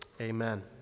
Amen